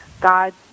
God